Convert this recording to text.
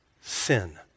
sin